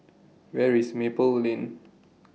Where IS Maple Lane